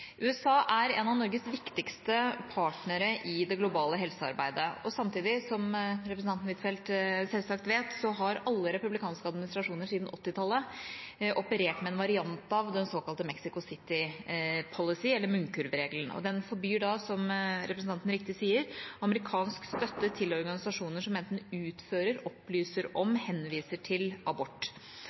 USA er en av Norges viktigste partnere i det globale helsearbeidet. Samtidig, som representanten Huitfeldt selvsagt vet, har alle republikanske administrasjoner siden 1980-tallet operert med en variant av den såkalte Mexico City Policy, eller «munnkurvregelen». Den forbyr, som representanten riktig sier, amerikansk støtte til organisasjoner som enten utfører, opplyser om eller henviser til abort.